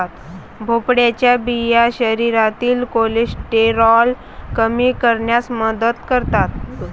भोपळ्याच्या बिया शरीरातील कोलेस्टेरॉल कमी करण्यास मदत करतात